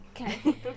Okay